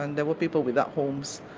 and there were people without homes,